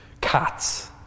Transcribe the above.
cats